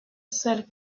seul